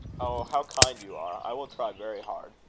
oh, how kind you are! i will try very hard.